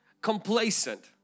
complacent